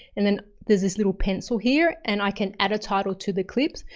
and then there's this little pencil here and i can add a title to the clips.